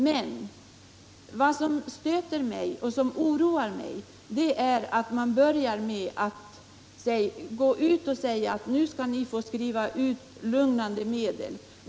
Men vad som stöter och oroar mig är att man börjar med att gå ut och säga att nu skall ni få skriva ut lugnande medel.